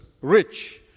rich